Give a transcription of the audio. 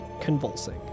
convulsing